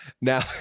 now